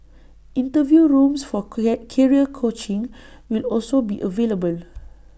interview rooms for create career coaching will also be available